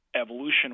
evolution